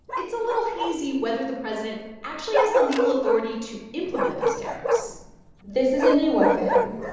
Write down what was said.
it's a little hazy whether the president actually has the legal authority to implement these tariffs this is a new one for him.